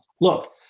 look